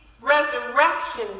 resurrection